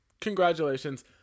congratulations